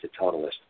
totalist